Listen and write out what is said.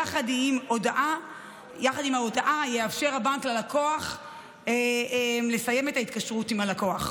יחד עם ההודעה יאפשר הבנק ללקוח לסיים את ההתקשרות עם הלקוח,